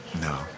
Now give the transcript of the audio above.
no